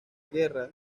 guerra